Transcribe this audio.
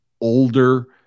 older